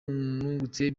nungutse